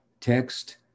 text